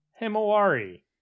Himawari